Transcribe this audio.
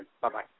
Bye-bye